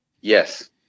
Yes